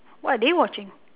what they watching